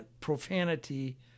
profanity